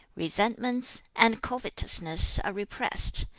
resentments, and covetousness are repressed,